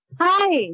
Hi